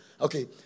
Okay